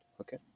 Okay